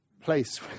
place